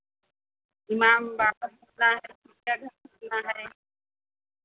इमामबाड़ा घूमना है चिड़ियाघर घूमना है